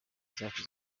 zacu